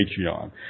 Patreon